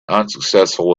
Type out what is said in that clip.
unsuccessful